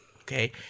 Okay